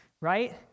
right